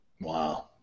Wow